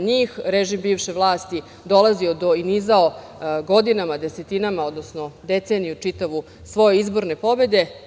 njih, režim bivše vlasti dolazio i nizao godinama, desetinama, odnosno deceniju čitavu svoje izborne pobede.